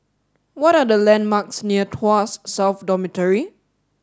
what are the landmarks near Tuas South Dormitory